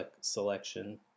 selection